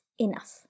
enough